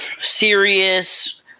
serious